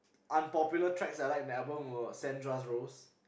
unpopular tracks I like in their album was Sandra's Rose